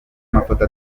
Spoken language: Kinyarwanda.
amafoto